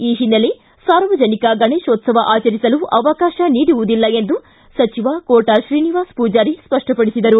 ಈ ಹಿನ್ನೆಲೆ ಸಾರ್ವಜನಿಕ ಗಣೇಶೋತ್ಲವ ಆಚರಿಸಲು ಅವಕಾಶ ನೀಡುವುದಿಲ್ಲ ಎಂದು ಸಚಿವ ಕೋಟಾ ಶ್ರೀನಿವಾಸ ಪೂಜಾರಿ ಸ್ಪಷ್ಟಪಡಿಸಿದರು